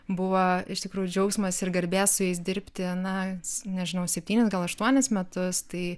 buvo iš tikrųjų džiaugsmas ir garbė su jais dirbti na nežinau septynis gal aštuonis metus tai